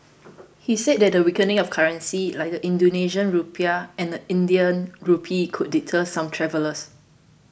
he said the weakening of currencies like the Indonesian Rupiah and Indian Rupee could deter some travellers